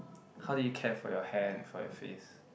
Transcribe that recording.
how did you care for your hand and for your face